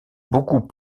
beaucoup